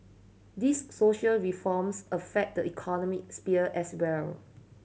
these social reforms affect the economic sphere as well